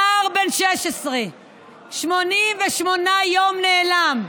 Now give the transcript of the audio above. נער בן 16 לפני 88 יום נעלם,